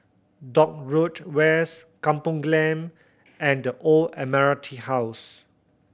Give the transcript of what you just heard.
Dock Road West Kampong Glam and The Old Admiralty House